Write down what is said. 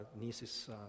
niece's